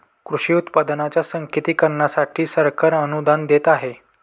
कृषी उत्पादनांच्या सांकेतिकीकरणासाठी सरकार अनुदान देत आहे